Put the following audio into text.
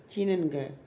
சீனவர்க்க:chinaverka